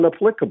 unapplicable